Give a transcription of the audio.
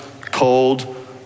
cold